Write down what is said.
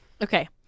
Okay